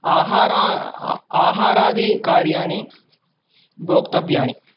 आहारा आहारादि कार्याणि भोक्तव्यानि